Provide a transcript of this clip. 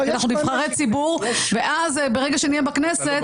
אנחנו נבחרי ציבור, ואז ברגע שנהיה בכנסת,